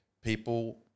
people